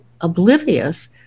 oblivious